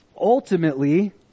ultimately